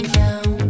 down